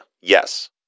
Yes